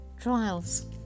Trials